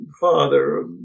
father